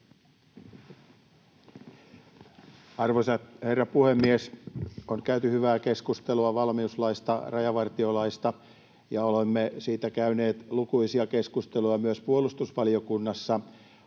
Arvoisa herra puhemies! On käyty hyvää keskustelua valmiuslaista, rajavartiolaista, ja olemme siitä käyneet lukuisia keskusteluja myös puolustusvaliokunnassa.